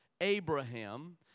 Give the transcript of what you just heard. Abraham